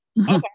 Okay